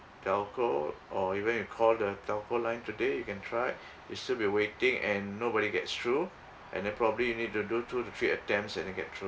telco or even you call the telco line today you can try you still be waiting and nobody gets through and then probably you need to do two to three attempts and then get through